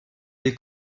les